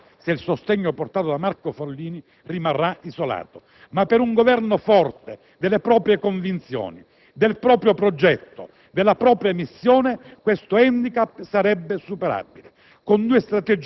e lo rimarrà se il sostegno portato da Marco Follini rimarrà isolato. Ma per un Governo forte delle proprie convinzioni, del proprio progetto, della propria missione, questo *handicap* sarebbe superabile